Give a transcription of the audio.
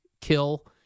kill